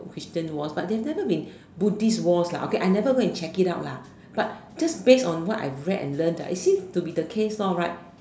Christian Wars but there have never been Buddhist Wars lah okay I never go and check it out lah but cause based on what I've read and learnt it seems to be the case right